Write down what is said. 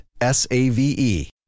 S-A-V-E